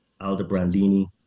Aldobrandini